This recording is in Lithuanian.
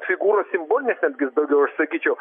figūros simbolinės netgi daugiau aš sakyčiau